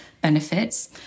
benefits